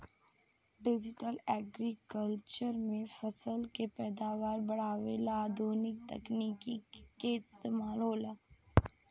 digital agriculture में फसल के पैदावार बढ़ावे ला आधुनिक तकनीक के इस्तमाल होला